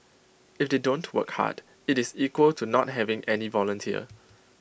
if they don't work hard IT is equal to not having any volunteer